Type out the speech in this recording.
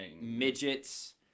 midgets